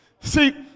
see